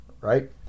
Right